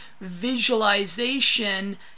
visualization